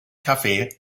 kaffee